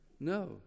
No